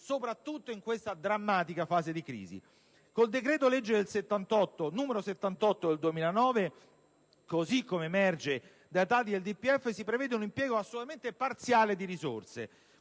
soprattutto in questa drammatica fase di crisi. Con il decreto-legge n. 78 del 2009, così come emerge dai dati del DPEF, si prevede un impiego assolutamente parziale di risorse.